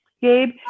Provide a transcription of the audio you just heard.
Gabe